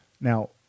Now